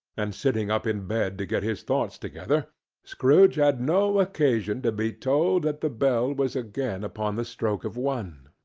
and sitting up in bed to get his thoughts together scrooge had no occasion to be told that the bell was again upon the stroke of one.